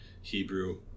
hebrew